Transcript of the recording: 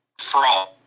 fraud